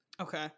okay